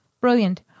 Brilliant